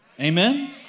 Amen